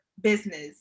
business